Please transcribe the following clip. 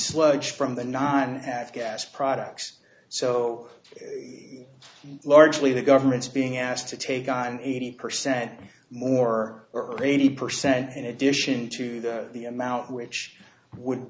sludge from the non gas products so largely the government's being asked to take on eighty percent more or eighty percent in addition to the amount which would